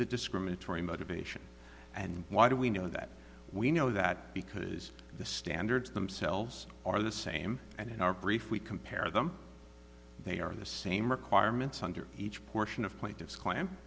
discriminatory motivation and why do we know that we know that because the standards themselves are the same and in our brief we compare them they are the same requirements under each portion of plaintiff's cla